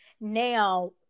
now